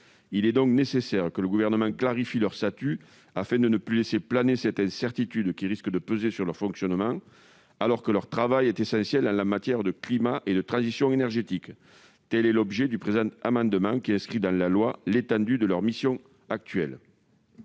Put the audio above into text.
Il est donc nécessaire que le Gouvernement clarifie leur statut, afin de lever cette incertitude, qui risque de peser sur leur fonctionnement, alors que leur travail est essentiel en matière de climat et de transition énergétique. Le présent amendement vise donc à inscrire dans la loi l'étendue des missions actuelles